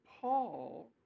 Paul